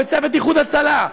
בצוות איחוד הצלה,